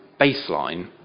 baseline